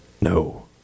No